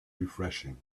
refreshing